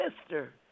sister